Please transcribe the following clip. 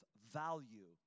value